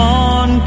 on